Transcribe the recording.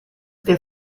der